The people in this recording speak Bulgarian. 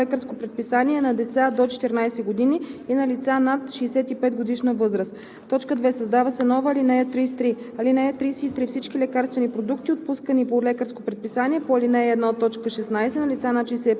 16: 16. предписване и отпускане на всички лекарствени продукти по лекарско предписание на деца до 14 години и на лица над 65-годишна възраст;“ 2. Създава се нова ал. 33: „(33) Всички лекарствени продукти,